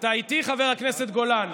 אתה איתי, חבר הכנסת גולן?